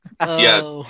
Yes